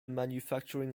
manufacturing